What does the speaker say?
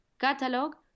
catalog